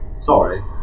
Sorry